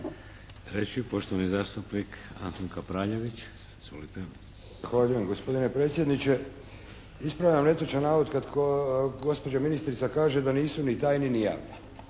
**Kapraljević, Antun (HNS)** Zahvaljujem gospodine predsjedniče. Ispravljam netočan navod kad gospođa ministrica kaže da nisu ni tajni ni javni.